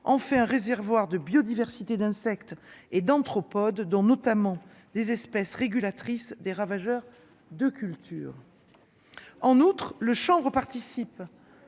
un réservoir de biodiversité d'insectes et d'anthropologues, dont notamment des espèces régulatrice des ravageurs de cultures en outre le chambre participe